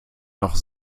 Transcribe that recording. noch